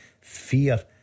fear